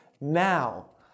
now